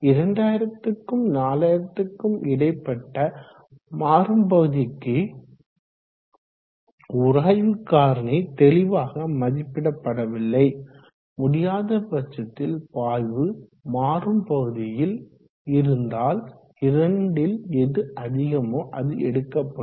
2000 க்கும் 4000 க்கும் இடைப்பட்ட மாறும் பகுதிக்கு உராய்வு காரணி தெளிவாக மதிப்பிடப்படவில்லை முடியாத பட்சத்தில் பாய்வு மாறும் பகுதியில் இருந்தால் இரண்டில் எது அதிகமோ அது எடுக்கப்படும்